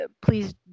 please